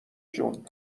جون